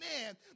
man